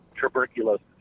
tuberculosis